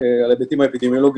ועל ההיבטים האפידמיולוגים,